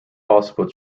possible